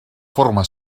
forma